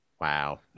wow